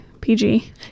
pg